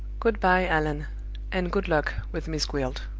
good-by, allan and good luck with miss gwilt!